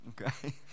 Okay